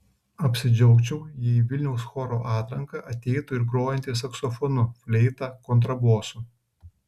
apsidžiaugčiau jei į vilniaus choro atranką ateitų ir grojantys saksofonu fleita kontrabosu